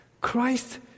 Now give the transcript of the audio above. Christ